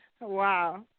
Wow